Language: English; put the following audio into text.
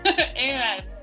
Amen